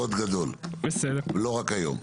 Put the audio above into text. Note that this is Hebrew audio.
לא, הצעירים זה כבוד גדול, ולא רק היום.